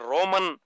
Roman